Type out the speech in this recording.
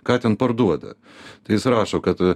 ką ten parduoda tai jis rašo kad